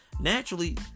naturally